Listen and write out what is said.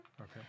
Okay